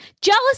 Jealous